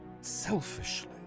Selfishly